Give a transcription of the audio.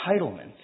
entitlement